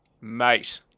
mate